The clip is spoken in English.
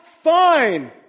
fine